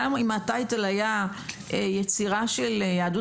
גם אם הטייטל היה: "יצירה של יהדות